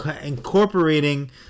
incorporating